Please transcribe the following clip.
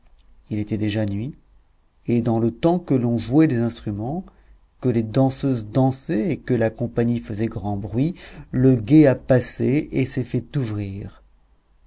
il était déjà nuit et dans le temps que l'on jouait des instruments que les danseuses dansaient et que la compagnie faisait grand bruit le guet a passé et s'est fait ouvrir